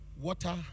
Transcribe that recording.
water